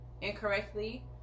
incorrectly